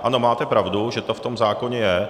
Ano, máte pravdu, že to v tom zákoně je.